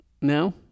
No